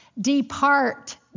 Depart